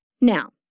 Now